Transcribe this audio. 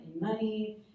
money